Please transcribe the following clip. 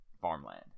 farmland